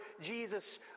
Jesus